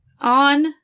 on